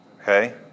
Okay